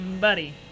Buddy